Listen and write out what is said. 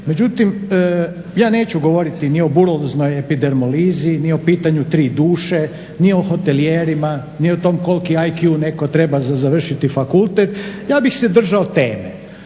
međutim ja neću govoriti ni o buloznoj epidermolizi ni o pitanju tri duše ni o hotelijerima ni o tom koliko IQ treba da bi završio fakultet, ja bih se državo teme.